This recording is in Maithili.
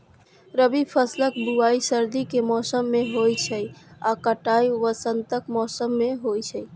रबी फसलक बुआइ सर्दी के मौसम मे होइ छै आ कटाइ वसंतक मौसम मे होइ छै